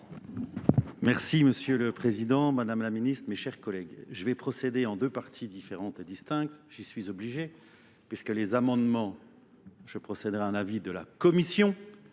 Merci, M. le Président, Mme la Ministre, mes chers collègues. Je vais procéder en deux parties différentes et distinctes. J'y suis obligé, puisque les amendements, je procéderai à l'avis de la Commission.